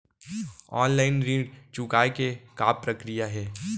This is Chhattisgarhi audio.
ऑनलाइन ऋण चुकोय के का प्रक्रिया हे?